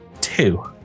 two